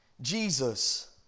Jesus